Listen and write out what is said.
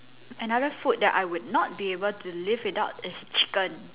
another food that I would not be able to live without is chicken